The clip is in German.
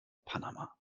panama